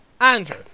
Andrew